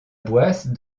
boisse